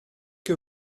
que